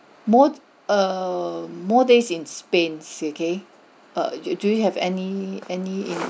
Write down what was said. more err more days in spain okay err do you have any any